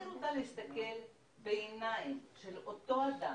אני רוצה להסתכל בעיניים של אותו אדם,